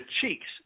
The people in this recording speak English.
cheeks